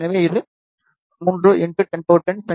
எனவே இது 3 1010 செ